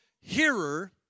hearer